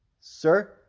Sir